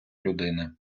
людини